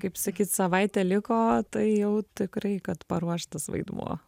kaip sakyt savaitė liko tai jau tikrai kad paruoštas vaidmuo